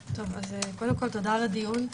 תודה על הדיון.